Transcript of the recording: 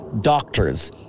Doctors